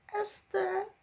esther